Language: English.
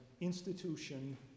institution